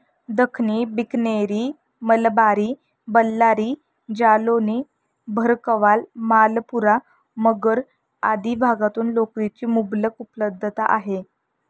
दख्खनी, बिकनेरी, मलबारी, बल्लारी, जालौनी, भरकवाल, मालपुरा, मगरा आदी भागातून लोकरीची मुबलक उपलब्धता आहे